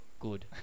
Good